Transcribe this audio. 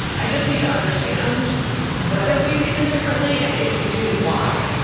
i just need to understand whether we see this differently and if we do why.